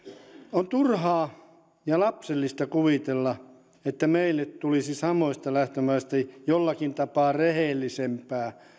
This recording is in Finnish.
on turhaa ja lapsellista kuvitella että meille tulisi samoista lähtömaista jollakin tapaa rehellisempää